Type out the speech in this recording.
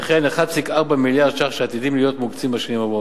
וכן כ-1.4 מיליארד ש"ח שעתידים להיות מוקצים בשנים הבאות.